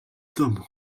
tomu